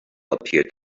appeared